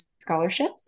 scholarships